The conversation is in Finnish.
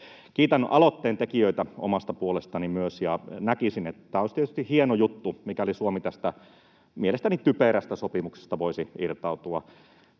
Kiitän aloitteen tekijöitä myös omasta puolestani ja näkisin, tai olisi tietysti hieno juttu, mikäli Suomi tästä mielestäni typerästä sopimuksesta voisi irtautua.